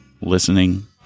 Listening